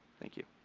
thank you.